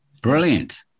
Brilliant